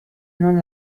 non